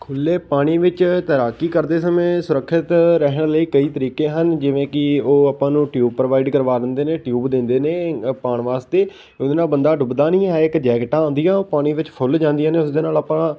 ਖੁੱਲੇ ਪਾਣੀ ਵਿੱਚ ਤੈਰਾਕੀ ਕਰਦੇ ਸਮੇਂ ਸੁਰੱਖਿਅਤ ਰਹਿਣ ਲਈ ਕਈ ਤਰੀਕੇ ਹਨ ਜਿਵੇਂ ਕਿ ਉਹ ਆਪਾਂ ਨੂੰ ਟਿਊਬ ਪ੍ਰੋਵਾਈਡ ਕਰਵਾ ਦਿੰਦੇ ਨੇ ਟਿਊਬ ਦਿੰਦੇ ਨੇ ਪਾਉਣ ਵਾਸਤੇ ਉਹਦੇ ਨਾਲ ਬੰਦਾ ਡੁੱਬਦਾ ਨਹੀਂ ਹੈ ਇੱਕ ਜੈਕਟਾਂ ਆਉਂਦੀਆ ਉਹ ਪਾਣੀ ਵਿੱਚ ਫੁੱਲ ਜਾਂਦੀਆਂ ਨੇ ਉਸ ਦੇ ਨਾਲ ਆਪਾਂ